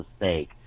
mistake